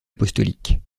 apostolique